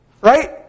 Right